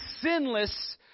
sinless